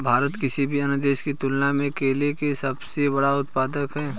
भारत किसी भी अन्य देश की तुलना में केले का सबसे बड़ा उत्पादक है